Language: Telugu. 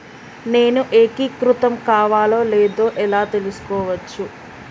నేను ఏకీకృతం కావాలో లేదో ఎలా తెలుసుకోవచ్చు?